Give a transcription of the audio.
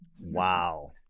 Wow